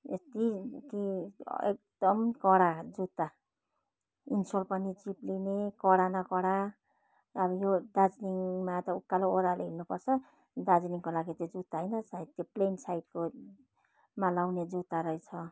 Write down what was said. यति कि एकदम कडा जुत्ता इन्सोल पनि चिप्लिने कडा न कडा अब यो दार्जिलिङमा त उकालो ओह्रालो हिँड्नुपर्छ दार्जिलिङको लागि चाहिँ जुत्ता होइन सायद त्यो प्लेन साइडमा लाउने जुत्ता रहेछ